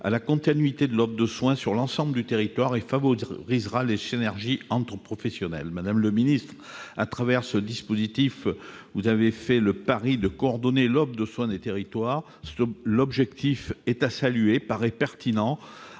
à la continuité de l'offre de soins sur l'ensemble du territoire et favorisera les synergies entre les professionnels. Madame le ministre, au travers de ce dispositif, vous avez fait le pari de coordonner l'offre de soins des territoires. Nous saluons cet objectif, qui paraît pertinent